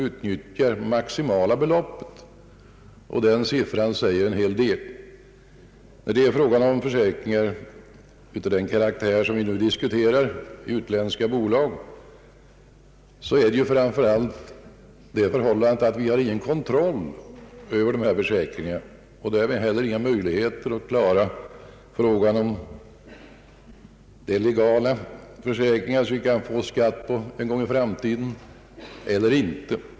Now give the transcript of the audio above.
Den siffran säger en hel del. När det gäller försäkringar av den karaktär vi nu diskuterar — försäkringar i utländska bolag — är det framför allt viktigt att vi inte har någon kontroll över dessa försäkringar och att vi därför inte heller har några möjligheter att bedöma om det är legala försäkringar, som vi kan få skatt på en gång i framtiden, eller inte.